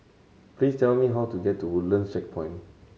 please tell me how to get to Woodlands Checkpoint